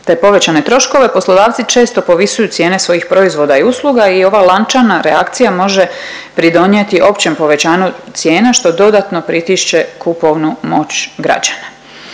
te povećane troškove, poslodavci često povisuju cijene svojih proizvoda i usluga i ova lančana reakcija može pridonijeti općem povećanju cijena što dodatno pritišće kupovnu moć građana.